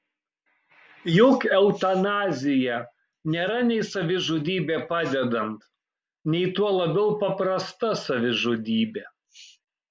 juk eutanazija nėra nei savižudybė padedant nei tuo labiau paprasta savižudybė